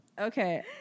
okay